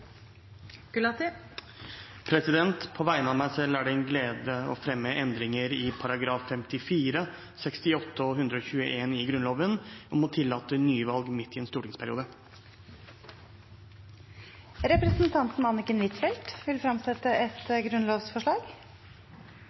På vegne av meg selv er det en glede å fremme forslag om endringer i §§ 54, 68 og 121 i Grunnloven, om å tillate nyvalg midt i en stortingsperiode. Representanten Anniken Huitfeldt vil fremsette et grunnlovsforslag.